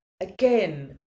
again